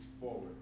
forward